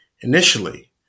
initially